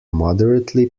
moderately